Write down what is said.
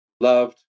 loved